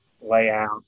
layout